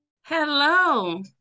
Hello